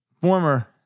former